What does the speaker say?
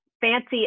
fancy